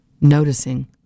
Noticing